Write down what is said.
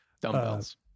Dumbbells